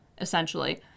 essentially